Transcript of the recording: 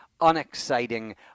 unexciting